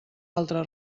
altre